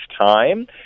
time